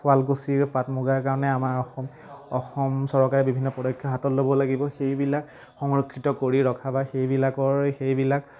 শুৱালকুছিৰ পাট মুগাৰ কাৰণে আমাৰ অসম অসম চৰকাৰে বিভিন্ন পদক্ষেপ হাতত ল'ব লাগিব সেইবিলাক সংৰক্ষিত কৰি ৰখা বা সেইবিলাকৰ সেইবিলাক